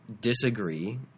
disagree